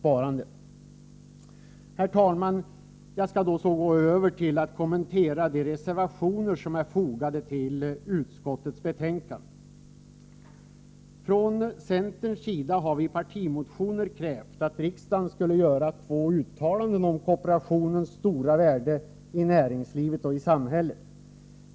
Jag skall sedan övergå till att kommentera de reservationer som är fogade till utskottets betänkande. Från centerns sida har vi i partimotioner krävt att riksdagen skall göra två uttalanden om kooperationens stora värde i näringslivet och i samhället rent allmänt.